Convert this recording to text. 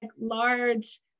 large